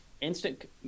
instant